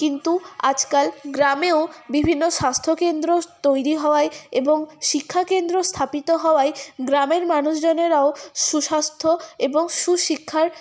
কিন্তু আজকাল গ্রামেও বিভিন্ন স্বাস্থ্য কেন্দ্র তৈরি হওয়ায় এবং শিক্ষা কেন্দ্র স্থাপিত হওয়ায় গ্রামের মানুষজনেরাও সুস্বাস্থ্য এবং সুশিক্ষার